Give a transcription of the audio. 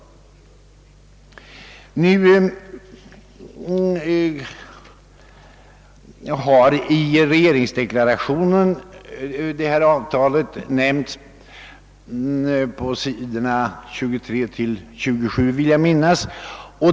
I den stencilerade utskriften av regeringsdeklarationen har detta avtal omnämnts på sidorna 23—27.